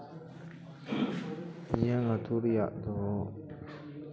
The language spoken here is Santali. ᱤᱧᱟᱹᱝ ᱟᱹᱛᱩ ᱨᱮᱭᱟᱜ ᱫᱚ